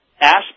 ask